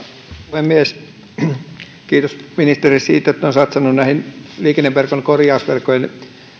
puhemies kiitos ministeri siitä että on satsattu liikenneverkon korjausvelkojen